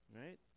Right